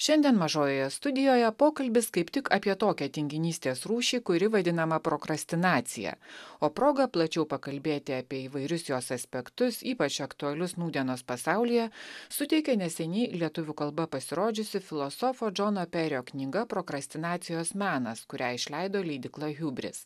šiandien mažojoje studijoje pokalbis kaip tik apie tokią tinginystės rūšį kuri vadinama prokrastinacija o progą plačiau pakalbėti apie įvairius jos aspektus ypač aktualius nūdienos pasaulyje suteikė neseniai lietuvių kalba pasirodžiusi filosofo džono perio knyga prokrastinacijos menas kurią išleido leidykla hubris